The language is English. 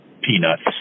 peanuts